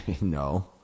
no